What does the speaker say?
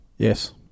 Yes